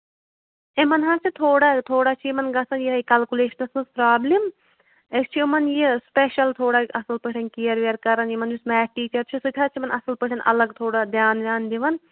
یِمن حظ چھُ تھوڑا تھوڑا چھُ یِمن گژھان یِہَے کَلکوٗلیشنَس منٛز پرٛابلِم أسۍ چھِ یِمن یہِ سِپیشَل تھوڑا اَصٕل پٲٹھۍ کِیر وِیر کَران یِمن یُس میتھ ٹیٖچر چھُ سُہ حظ چھُ تِمن اَصٕل پٲٹھۍ اَلگ تھوڑا دیان ویان دِوان